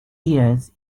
gears